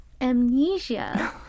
amnesia